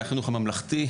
מהחינוך הממלכתי,